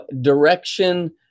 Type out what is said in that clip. direction